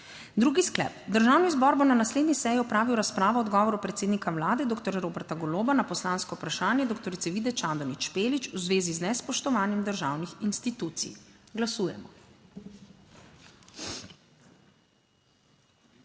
Drugi sklep: Državni zbor bo na naslednji seji opravil razpravo o odgovoru predsednika Vlade doktorja Roberta Goloba na poslansko vprašanje doktorice Vide Čadonič Špelič v zvezi z nespoštovanjem državnih institucij. Glasujemo.